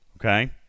Okay